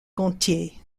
gontier